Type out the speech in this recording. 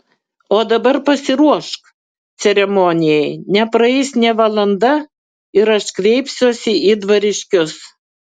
o dabar pasiruošk ceremonijai nepraeis nė valanda ir aš kreipsiuosi į dvariškius